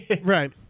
right